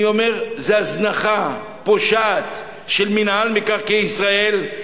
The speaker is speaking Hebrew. אני אומר שזו הזנחה פושעת של מינהל מקרקעי ישראל.